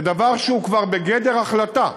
זה דבר שהוא כבר בגדר החלטה.